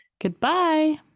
goodbye